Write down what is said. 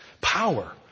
power